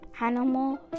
animal